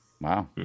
Wow